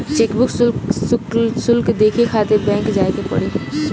chequebook शुल्क देखे खातिर बैंक जाए के पड़ी